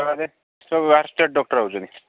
ସବୁ ବାହାର state doctor ଆସୁଛନ୍ତି